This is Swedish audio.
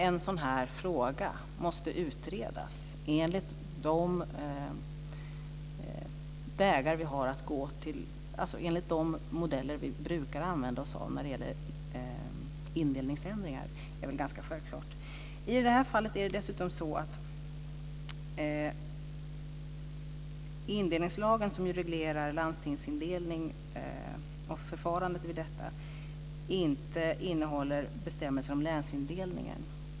En sådan fråga måste utredas enligt de modeller vi brukar använda oss av när det gäller indelningsändringar. Det är väl ganska självklart. Indelningslagen som reglerar förfarandet vid landstingsindelning innehåller inte bestämmelser om länsindelningen.